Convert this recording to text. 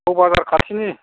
क'क्राझार खाथिनि